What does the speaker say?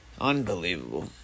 unbelievable